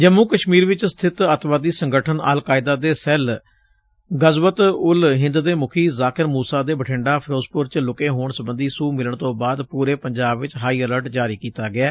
ਜੰਮੂ ਕਸ਼ਮੀਰ ਚ ਸਬਿਤ ਅੱਤਵਾਦੀ ਸੰਗਠਨ ਅਲਕਾਇਦਾ ਦੇ ਸੈੱਲ ਗਜ਼ਵਤ ਉੱਲ ਹਿੰਦ ਦੇ ਮੁੱਖੀ ਜ਼ਾਕਿਰ ਮੁਸਾ ਦੇ ਬਠਿੰਡਾ ਫਿਰੋਜ਼ਪੁਰ 'ਚ ਲੁਕੇ ਹੋਣ ਸਬੰਧੀ ਸੁਹ ਮਿਲਣ ਤੋ' ਬਾਅਦ ਪੁਰੇ ਪੰਜਾਬ 'ਚ ਹਾਈ ਅਲਰਟ ਜਾਰੀ ਕੀਤਾ ਗਿਐ